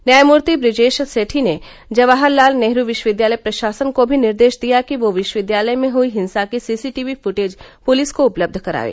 न्यायमूर्ति बुजेश सेठी ने जवाहरलाल नेहरू विश्वविद्यालय प्रशासन को भी निर्देश दिया कि वह विश्वविद्यालय भें हई हिंसा की सीसीटीवी फ़टेज पुलिस को उपलब्ध कराए